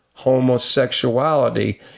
Homosexuality